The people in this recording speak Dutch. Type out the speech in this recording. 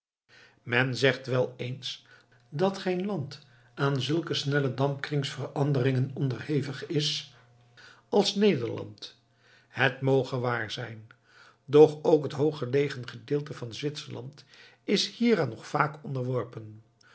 men zegt wel eens dat geen land aan zulke snelle dampkrings veranderingen onderhevig is als nederland het moge waar zijn doch ook het hooggelegen gedeelte van zwitserland is hieraan nog vaak onderworpen